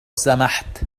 سمحت